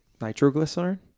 nitroglycerin